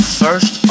first